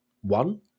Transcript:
one